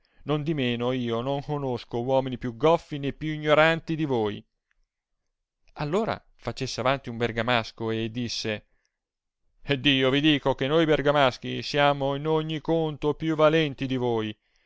guadagnare nondimeno io non conosco uomini più goffi né più ignoranti di voi all ora fecesse avanti un bergamasco e disse ed io vi dico che noi bergamaschi siamo in ogni conto più valenti di voi